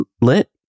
lit